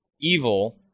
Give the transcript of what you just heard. evil